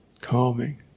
calming